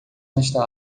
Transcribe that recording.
nesta